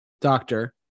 Doctor